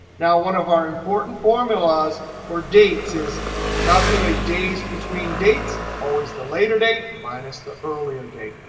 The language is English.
now one of our important formulas for dates is calculate days between dates always the later date minus the earlier date.